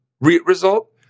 result